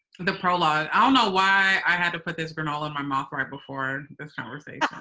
the prolouge. i don't know why i had to put this granola in my mouth right before this conversation.